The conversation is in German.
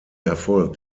erfolg